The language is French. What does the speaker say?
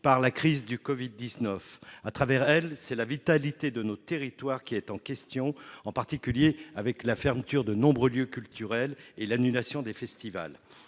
par la crise du Covid-19. À travers elle, c'est la vitalité de nos territoires qui est en jeu, en particulier du fait de la fermeture de nombreux lieux culturels et de l'annulation des festivals.